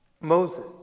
Moses